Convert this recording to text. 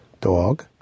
Dog